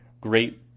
great